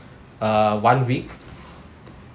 uh one week